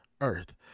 earth